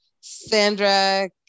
Sandra